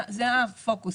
זה הפוקוס.